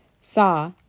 saw